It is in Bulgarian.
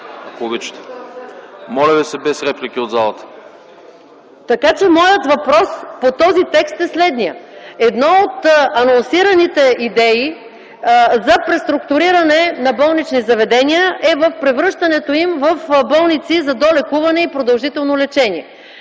в залата.) Моля, без реплики от залата! МАЯ МАНОЛОВА: Така че моят въпрос по този текст е следният: една от анонсираните идеи за преструктуриране на болнични заведения е за превръщането им в болници за долекуване и продължително лечение.